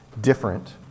different